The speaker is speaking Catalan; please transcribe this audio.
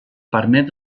permet